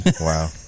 Wow